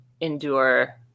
endure